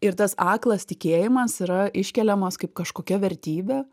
ir tas aklas tikėjimas yra iškeliamas kaip kažkokia vertybė